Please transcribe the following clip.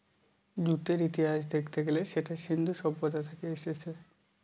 জুটের ইতিহাস দেখতে গেলে সেটা সিন্ধু সভ্যতা থেকে এসেছে